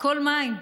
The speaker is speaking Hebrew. הכול מים.